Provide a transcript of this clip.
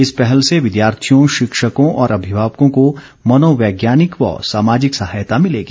इस पहल से विद्यार्थियों शिक्षकों और अभिभावकों को मनो वैज्ञानिक व सामाजिक सहायता मिलेगी